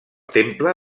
temple